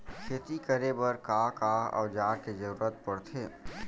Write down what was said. खेती करे बर का का औज़ार के जरूरत पढ़थे?